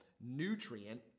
nutrient